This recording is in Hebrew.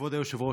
כבוד היושב-ראש,